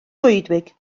goedwig